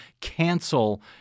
cancel